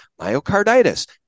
myocarditis